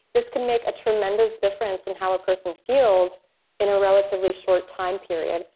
this can make a tremendous difference in how a person feels in a relatively short time period.